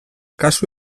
kasu